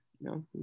No